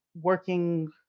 working